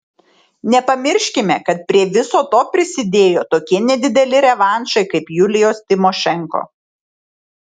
nepamirškime kad prie viso to prisidėjo tokie nedideli revanšai kaip julijos tymošenko